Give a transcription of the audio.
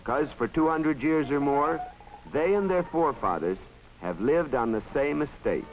because for two hundred years or more they and their forefathers have lived on the same esta